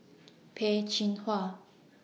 Peh Chin Hua